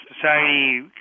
society